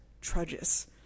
trudges